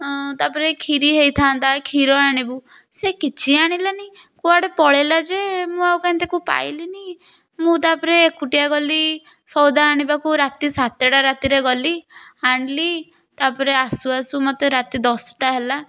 ତାପରେ କ୍ଷୀରି ହୋଇଥାନ୍ତା କ୍ଷୀର ଆଣିବୁ ସେ କିଛି ଆଣିଲାନି କୁଆଡ଼େ ପଳେଇଲା ଯେ ମୁଁ ଆଉ କାଇଁ ତାକୁ ପାଇଲିନି ମୁଁ ତା ପରେ ଏକୁଟିଆ ଗଲି ସଉଦା ଆଣିବାକୁ ରାତି ସାତଟା ରାତିରେ ଗଲି ଆଣିଲି ତାପରେ ଆସୁ ଆସୁ ମୋତେ ରାତି ଦଶଟା ହେଲା